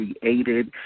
created